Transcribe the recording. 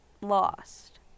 lost